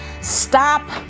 stop